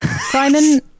Simon